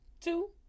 two